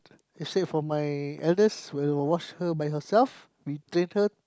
he said for my eldest will wash her by herself we treat her